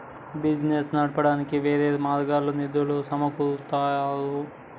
business నడపడానికి వేర్వేరు మార్గాల్లో నిధులను సమకూరుత్తారు